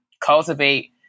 cultivate